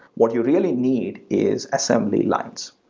what you really need is assembly lines,